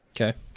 Okay